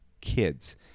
kids